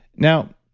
now,